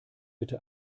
bitte